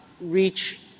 reach